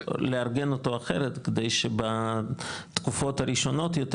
לארגן אותו אחרת כדי שבתקופות הראשונות יותר,